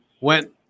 went